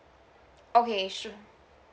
okay sure